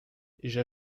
j’ai